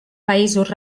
països